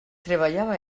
treballava